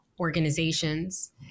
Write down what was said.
organizations